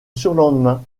surlendemain